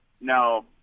No